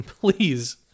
Please